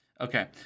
Okay